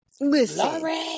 Listen